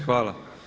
Hvala.